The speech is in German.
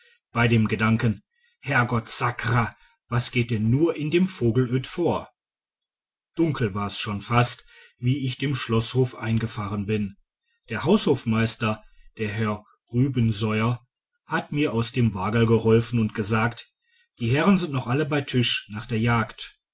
bei dem gedanken herrgott sakra was geht denn nur in dem vogelöd vor dunkel war's schon fast wie ich in den schloßhof eingefahren bin der haushofmeister der herr rubesoier hat mir aus dem wagerl geholfen und gesagt die herren sind alle noch bei tisch nach der jagd